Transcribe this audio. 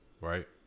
Right